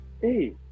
Hey